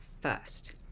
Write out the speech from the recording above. first